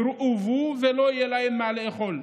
אז תושבי הארץ הזו יורעבו ולא יהיה להם מה לאכול,